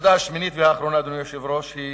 הנקודה השמינית והאחרונה, אדוני היושב-ראש, היא